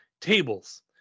tables